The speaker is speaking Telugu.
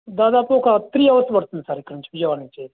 దాదాపు ఒక త్రీ అవర్స్ పడుతుంది సార్ ఇక్కడ నుంచి విజయవాడ నుంచి